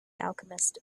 alchemist